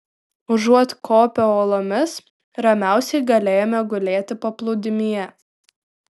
užuot kopę uolomis ramiausiai galėjome gulėti paplūdimyje